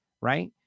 right